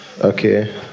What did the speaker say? Okay